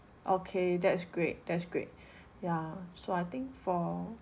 okay that's great that's great ya so I think for